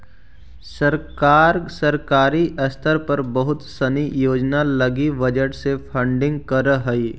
सरकार सरकारी स्तर पर बहुत सनी योजना लगी बजट से फंडिंग करऽ हई